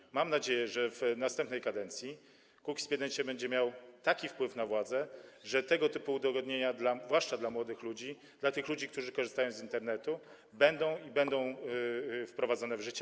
I mam nadzieję, że w następnej kadencji Kukiz’15 będzie miał taki wpływ na władzę, że tego typu udogodnienia, zwłaszcza dla młodych ludzi, dla tych ludzi, którzy korzystają z Internetu, będą i będą wprowadzone w życie.